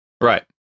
Right